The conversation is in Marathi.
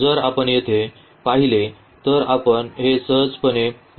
जर आपण येथे पाहिले तर आपण हे सहजपणे रचू शकतो